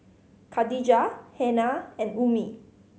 Khadija Hana and Ummi